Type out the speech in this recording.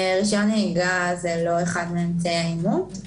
רשיון נהיגה הוא לא אחד מאמצעי האימות.